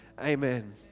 Amen